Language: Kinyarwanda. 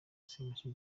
semushi